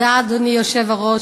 אדוני היושב-ראש,